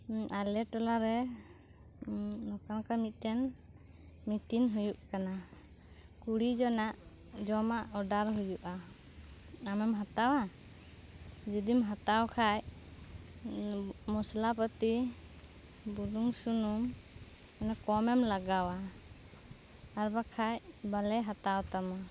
ᱟᱞᱮ ᱴᱚᱞᱟᱨᱮ ᱱᱚᱝᱠᱟ ᱱᱚᱠᱟ ᱢᱤᱫ ᱴᱮᱱ ᱢᱤᱴᱤᱱ ᱦᱳᱭᱳᱜ ᱠᱟᱱᱟ ᱠᱩᱲᱤ ᱡᱚᱱᱟᱜ ᱡᱚᱢᱟᱜ ᱚᱰᱟᱨ ᱦᱳᱭᱳᱜᱼᱟ ᱟᱢᱮᱢ ᱦᱟᱛᱟᱣᱟ ᱡᱚᱫᱤᱢ ᱦᱟᱛᱟᱣ ᱠᱷᱟᱱ ᱢᱚᱥᱞᱟ ᱯᱟᱹᱛᱤ ᱵᱩᱞᱩᱝ ᱥᱩᱱᱩᱢ ᱠᱚᱢᱮᱢ ᱞᱟᱜᱟᱣᱟ ᱟᱨ ᱵᱟᱠᱷᱟᱱ ᱵᱟᱞᱮ ᱦᱟᱛᱟᱣ ᱛᱟᱢᱟ